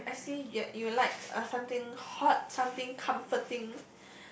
yes I I see you you like uh something hot something comforting